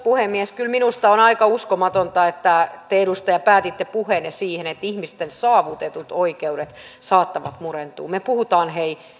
puhemies kyllä minusta on aika uskomatonta että te edustaja päätitte puheenne siihen että ihmisten saavutetut oikeudet saattavat murentua me puhumme hei